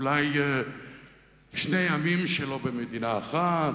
אולי "שני עמים שלא במדינה אחת",